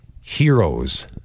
heroes